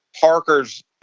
Parker's